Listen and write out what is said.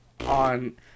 on